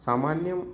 सामान्यम्